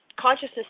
consciousness